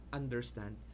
understand